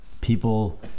people